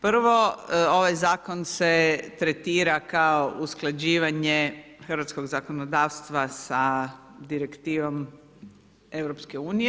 Prvo, ovaj zakon se tretira kao usklađivanje hrvatskog zakonodavstva sa Direktivom EU.